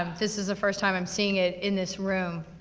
um this is the first time i'm seeing it, in this room,